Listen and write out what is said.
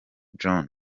john